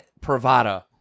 Pravada